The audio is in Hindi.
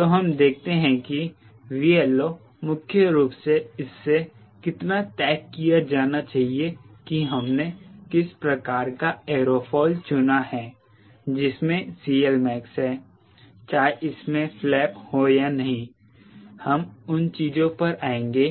तो हम देखते हैं कि 𝑉LO मुख्य रूप से इससे कितना तय किया जाना चाहिए कि हमने किस प्रकार का एयरोफिल चुना है जिसमे CLmax है चाहे इसमें फ्लैप हो या नहीं हम उन चीजों पर आएंगे